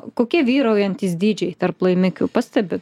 kokie vyraujantys dydžiai tarp laimikių pastebi